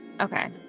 Okay